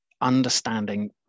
understanding